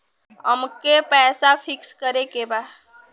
अमके पैसा फिक्स करे के बा?